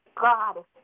God